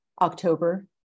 October